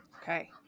Okay